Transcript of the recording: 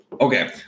Okay